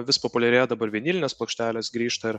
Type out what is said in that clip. vis populiarėja dabar vinilinės plokštelės grįžta ir